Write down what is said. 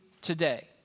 today